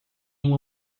uma